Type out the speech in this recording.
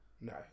No